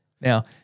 Now –